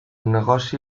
negoci